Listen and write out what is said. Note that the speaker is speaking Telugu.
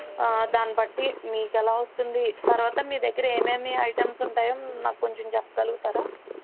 దాన్ని బట్టి మీకు ఎలా వస్తుంది తరువాత మీ దగ్గర ఏమేమి ఐటమ్స్ ఉంటాయో నాకు కొంచెం చెప్పగలుగుతారా